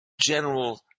general